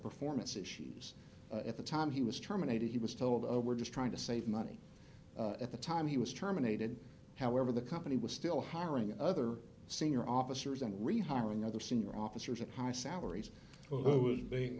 performance issues at the time he was terminated he was told oh we're just trying to save money at the time he was terminated however the company was still hiring other senior officers and rehiring other senior officers and high salaries